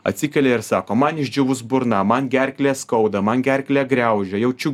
atsikelia ir sako man išdžiūvus burna man gerklę skauda man gerklę griaužia jaučiu